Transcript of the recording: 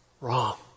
wrong